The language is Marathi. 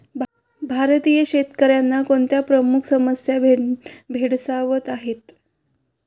भारतीय शेतकऱ्यांना कोणत्या प्रमुख समस्या भेडसावत आहेत?